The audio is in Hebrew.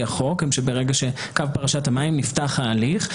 החוק הן שברגע שקו פרשת המים נפתח ההליך,